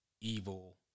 evil